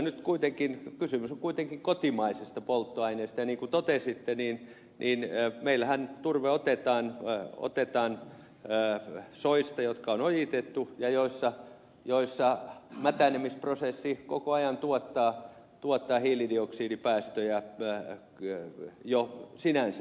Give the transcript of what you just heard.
nyt on kuitenkin kysymys kotimaisesta polttoaineesta ja niin kuin totesitte niin meillähän turve otetaan soista jotka on ojitettu ja joissa mätänemisprosessi koko ajan tuottaa hiilidioksidipäästöjä jo sinänsä